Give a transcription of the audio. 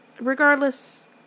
Regardless